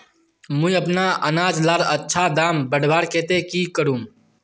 मुई अपना अनाज लार अच्छा दाम बढ़वार केते की करूम?